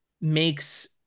makes